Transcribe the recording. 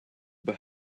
but